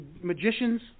magicians